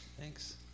Thanks